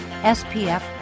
SPF